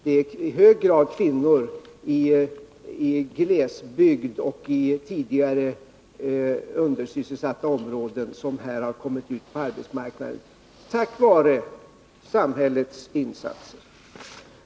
Det är i hög grad kvinnor i glesbygd och i tidigare undersysselsatta områden som har kommit ut på arbetsmarknaden, tack vare samhällets insatser.